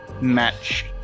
match